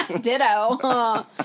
ditto